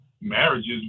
marriages